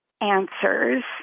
answers